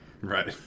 Right